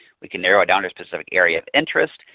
we can narrow it down to a specific area of interest.